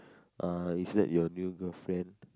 ah is that your new girlfriend